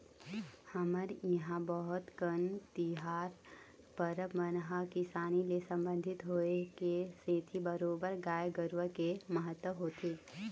हमर इहाँ बहुत कन तिहार परब मन ह किसानी ले संबंधित होय के सेती बरोबर गाय गरुवा के महत्ता होथे